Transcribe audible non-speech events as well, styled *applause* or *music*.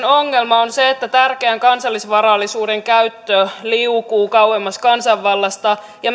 *unintelligible* ongelma on se että tärkeän kansallisvarallisuuden käyttö liukuu kauemmas kansanvallasta ja *unintelligible*